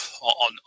on